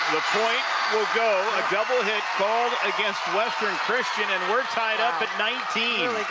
the point will go a double hit called against western christian and we're tiedup at nineteen.